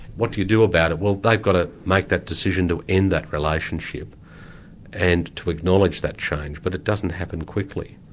what do you do about it? well they've got to make that decision to end that relationship and to acknowledge that change, but it doesn't happen quickly.